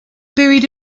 buried